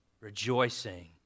Rejoicing